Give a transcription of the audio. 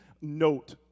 note